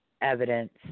evidence